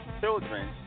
children